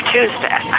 Tuesday